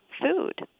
food